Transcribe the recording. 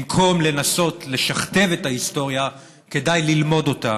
במקום לנסות לשכתב את ההיסטוריה כדאי ללמוד אותה,